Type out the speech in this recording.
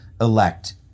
elect